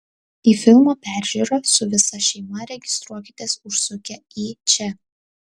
į filmo peržiūrą su visa šeima registruokitės užsukę į čia